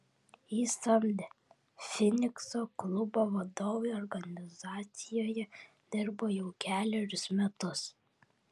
jį samdę finikso klubo vadovai organizacijoje dirbo jau kelerius metus